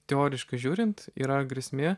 teoriškai žiūrint yra grėsmė